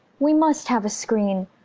we must have a screen.